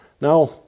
Now